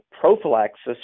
prophylaxis